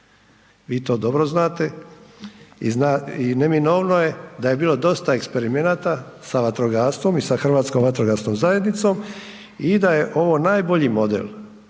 Vi to dobro znate. I zna i neminovno je da je bilo dosta eksperimenata sa vatrogastvom i sa Hrvatskom vatrogasnom zajednicom i da je ovo najbolji model